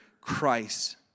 Christ